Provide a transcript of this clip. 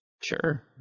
sure